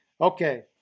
okay